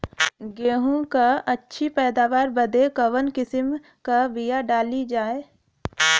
गेहूँ क अच्छी पैदावार बदे कवन किसीम क बिया डाली जाये?